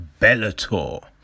Bellator